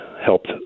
helped